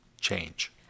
change